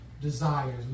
desires